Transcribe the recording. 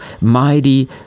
mighty